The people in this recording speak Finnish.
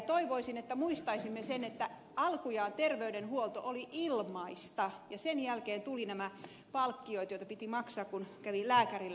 toivoisin että muistaisimme sen että alkujaan terveydenhuolto oli ilmaista ja sen jälkeen tulivat nämä palkkiot joita piti maksaa kun kävi lääkärillä